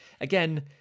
again